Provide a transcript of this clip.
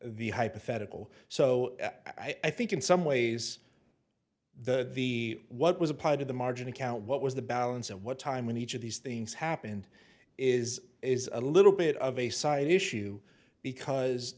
the hypothetical so i think in some ways the the what was applied to the margin account what was the balance and what time when each of these things happened is is a little bit of a side issue because